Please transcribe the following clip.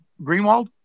Greenwald